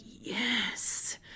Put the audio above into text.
yes